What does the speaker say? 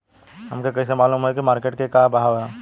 हमके कइसे मालूम होई की मार्केट के का भाव ह?